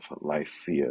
Lycia